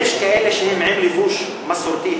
יש כאלה שהן עם לבוש מסורתי,